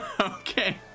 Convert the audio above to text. Okay